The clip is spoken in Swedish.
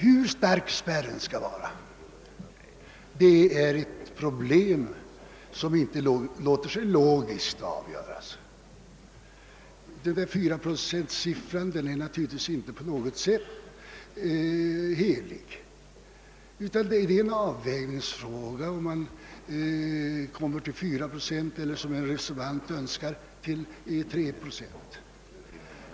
Hur stark spärren skall vara är ett problem som inte låter sig logiskt avgöras. Den föreslagna fyraprocentsiffran är naturligtvis inte på något sätt helig, utan det är en avvägningsfråga om man skall fastställa 4 procent eller, såsom en reservant önskar, välja 3 procent.